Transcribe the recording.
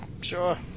sure